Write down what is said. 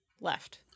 left